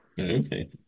Okay